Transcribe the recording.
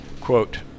Quote